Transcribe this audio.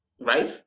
Right